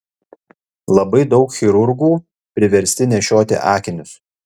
labai daug chirurgų priversti nešioti akinius